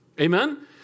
Amen